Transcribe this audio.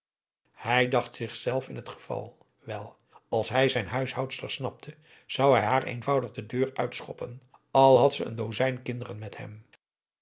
hij dacht zichzelf in het geval wel als hij z'n huishoudster snapte zou hij haar eenvoudig de deur uitschoppen al had ze een dozijn kinderen met hem